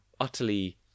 utterly